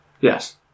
Yes